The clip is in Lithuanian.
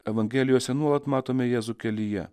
evangelijose nuolat matome jėzų kelyje